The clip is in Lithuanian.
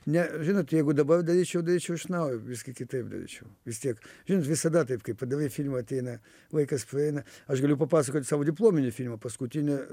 ne žinot jeigu dabar daryčiau daryčiau iš naujo biskį kitaip daryčiau vis tiek žinot visada taip kai padarai filmą ateina laikas praeina aš galiu papasakoti savo diplominį filmą paskutinį